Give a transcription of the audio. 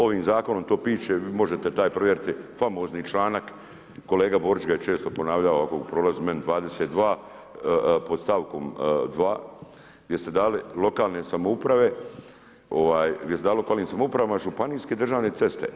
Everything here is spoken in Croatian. Ovim zakonom to piše i vi možete taj provjeriti, famozni članak, kolega Borić ga je često ponavljao ovako u prolazu, meni 22 pod stavkom 2, gdje ste dali lokalne samouprave, gdje ste dali lokalnim samoupravama, županijske državne ceste.